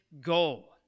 goal